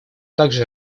также